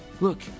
Look